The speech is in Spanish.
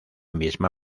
misma